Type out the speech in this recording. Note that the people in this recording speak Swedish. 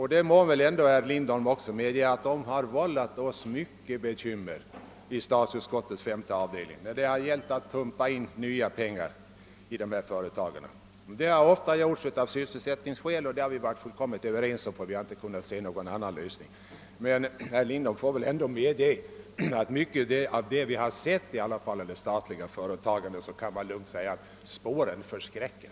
Herr Lindholm kan väl inte förneka, att dessa företag vållat oss i statsutskottets femte avdelning mycket bekymmer, när det gällt att pumpa in nya pengar i verksamheten. Detta har ofta skett av sysselsättningsskäl, och då har vi varit fullkomligt överens, när vi inte kunnat finna någon annan lösning. Men herr Lindholm får väl ändå medge att mycket av det vi sett av statlig företagsamhet gör att vi måste konstatera: spåren förskräcker.